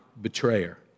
betrayer